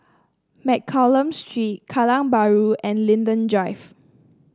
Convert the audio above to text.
Mccallum Street Kallang Bahru and Linden Drive